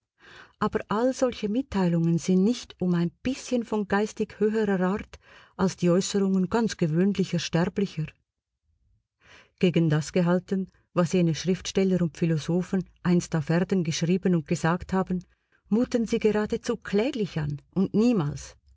aber all solche mitteilungen sind nicht um ein bißchen von geistig höherer art als die äußerungen ganz gewöhnlicher sterblicher gegen das gehalten was jene schriftsteller und philosophen einst auf erden geschrieben und gesagt haben muten sie geradezu kläglich an und niemals